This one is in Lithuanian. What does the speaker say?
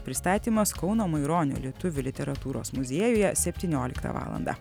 pristatymas kauno maironio lietuvių literatūros muziejuje septynioliktą valandą